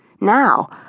Now